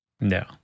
No